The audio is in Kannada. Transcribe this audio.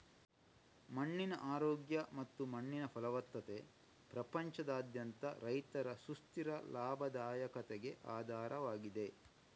ಮಣ್ಣಿನ ಆರೋಗ್ಯ ಮತ್ತು ಮಣ್ಣಿನ ಫಲವತ್ತತೆ ಪ್ರಪಂಚದಾದ್ಯಂತ ರೈತರ ಸುಸ್ಥಿರ ಲಾಭದಾಯಕತೆಗೆ ಆಧಾರವಾಗಿದೆ